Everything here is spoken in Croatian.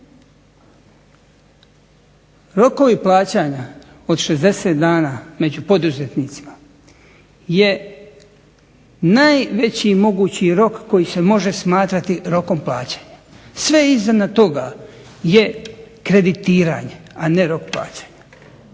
Rokovi plaćanja od 60 dana među poduzetnicima, je najveći mogući rok koji se može smatrati rokom plaćanja, sve iznad toga je kreditiranje a ne rok plaćanja.